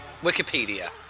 Wikipedia